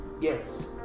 Yes